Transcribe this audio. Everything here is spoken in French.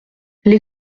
les